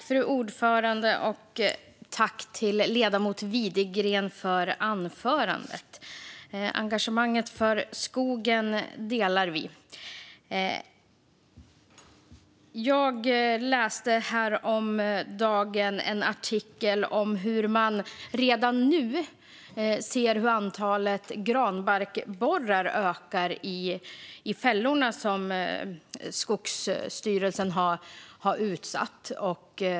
Fru talman! Jag tackar ledamoten Widegren för anförandet. Vi delar engagemanget för skogen. Jag läste häromdagen en artikel om hur man redan nu ser hur antalet granbarkborrar ökar i de fällor som Skogsstyrelsen har satt ut.